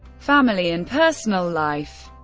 family and personal life